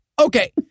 Okay